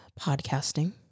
podcasting